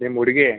ನಿಮ್ಮ ಹುಡ್ಗಿ